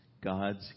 God's